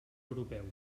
europeus